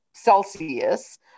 Celsius